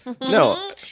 No